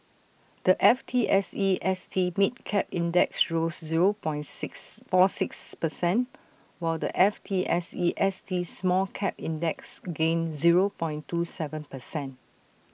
the F T S E S T mid cap index rose zero point six four six percent while the F T S E S T small cap index gained zero point two Seven percent